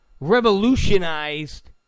revolutionized